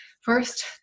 First